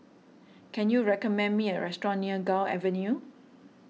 can you recommend me a restaurant near Gul Avenue